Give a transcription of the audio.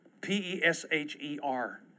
P-E-S-H-E-R